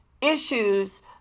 issues